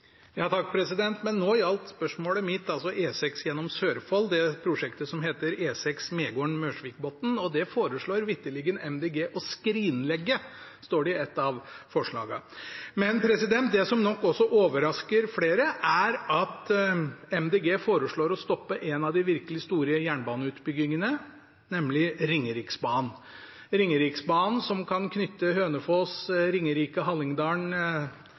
Nå gjaldt spørsmålet mitt E6 gjennom Sørfold, det prosjektet som heter E6 Megården–Mørsvikbotn. Det foreslår vitterlig Miljøpartiet De Grønne å skrinlegge – det står det i et av forslagene. Det som nok overrasker flere, er at Miljøpartiet De Grønne foreslår å stoppe en av de virkelig store jernbaneutbyggingene, nemlig Ringeriksbanen – Ringeriksbanen, som kan knytte Hønefoss, Ringerike,